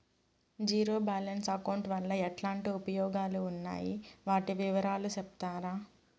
Zero balance account వలన ఎట్లాంటి ఉపయోగాలు ఉన్నాయి? వాటి వివరాలు సెప్తారా?